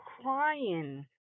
crying